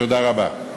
תודה רבה.